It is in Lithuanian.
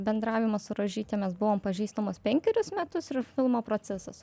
bendravimas su rožyte mes buvom pažįstamos penkerius metus ir filmo procesas